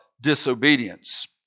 disobedience